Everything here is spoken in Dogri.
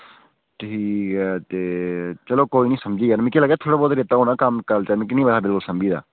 ठीक ऐ ते चलो कोई निं समझी गेआ मिगी लगदा थोह्ड़ा बहोत रेता होना कम्म कल तक निं होआ बिलकुल सम्भी गेआ